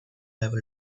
level